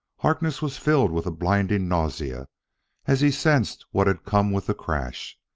harkness was filled with a blinding nausea as he sensed what had come with the crash.